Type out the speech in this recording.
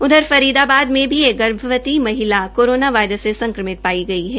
उधर फरीदाबाद में भी एक गर्भवती महिला कोरोना वायरस से संक्रमित पाई गई है